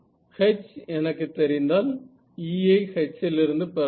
H எனக்குத் தெரிந்தால் E ஐ H லிருந்து பெறலாம்